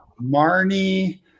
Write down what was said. marnie